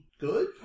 good